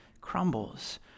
crumbles